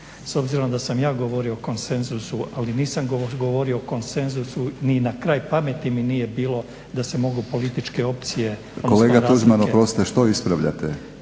S obzirom da sam ja govorio o konsenzusu ali nisam govorio o konsenzusu ni na kraj pameti mi nije bilo da se mogu političke opcije. **Batinić, Milorad (HNS)** Kolega Tuđman, oprostiti, što ispravljate?